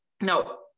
no